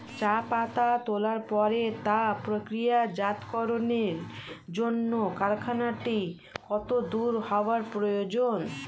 চা পাতা তোলার পরে তা প্রক্রিয়াজাতকরণের জন্য কারখানাটি কত দূর হওয়ার প্রয়োজন?